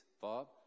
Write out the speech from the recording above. Bob